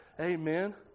Amen